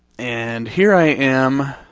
and here i am,